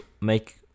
make